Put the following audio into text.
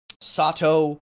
Sato